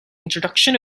introduction